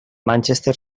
manchester